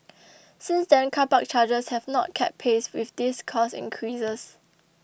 since then car park charges have not kept pace with these cost increases